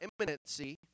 imminency